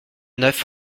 neuf